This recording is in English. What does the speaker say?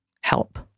help